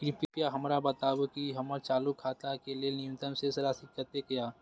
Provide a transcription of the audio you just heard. कृपया हमरा बताबू कि हमर चालू खाता के लेल न्यूनतम शेष राशि कतेक या